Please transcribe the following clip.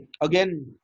Again